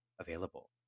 available